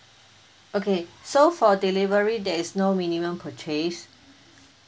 okay so for delivery there is no minimum purchase